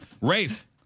Rafe